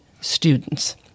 students